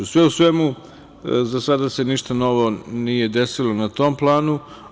Sve u svemu, za sada se ništa novo nije desilo na tom planu.